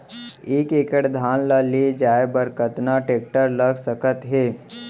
एक एकड़ धान ल ले जाये बर कतना टेकटर लाग सकत हे?